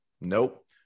nope